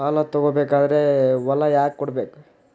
ಸಾಲ ತಗೋ ಬೇಕಾದ್ರೆ ಹೊಲ ಯಾಕ ಕೊಡಬೇಕು?